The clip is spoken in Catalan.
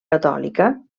catòlica